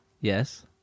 Yes